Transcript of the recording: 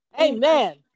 Amen